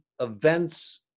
events